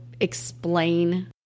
explain